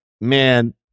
man